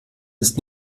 ist